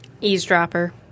Eavesdropper